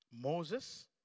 Moses